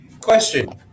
question